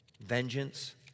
Vengeance